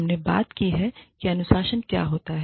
हमने बात की कि अनुशासन क्या होता है